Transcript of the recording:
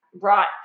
right